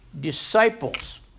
disciples